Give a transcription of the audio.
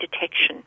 detection